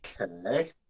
Okay